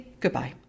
goodbye